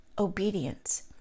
obedience